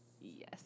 Yes